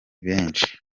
benshi